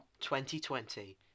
2020